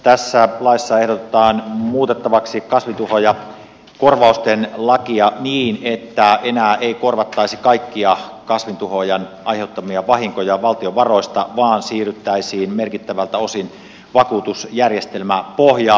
tässä laissa ehdotetaan muutettavaksi kasvintuhoojakorvausten lakia niin että enää ei korvattaisi kaikkia kasvintuhoojan aiheuttamia vahinkoja valtion varoista vaan siirryttäisiin merkittävältä osin vakuutusjärjestelmäpohjaan